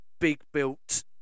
big-built